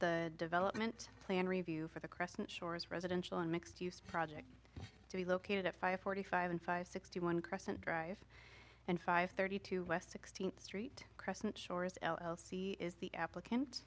the development plan review for the crescent shores residential and mixed use project to be located at five forty five and five sixty one crescent drive and five thirty two west sixteenth street crescent shores is the applicant